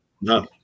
No